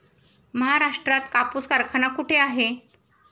महाराष्ट्रात कापूस कारखाना कुठे आहे?